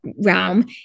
realm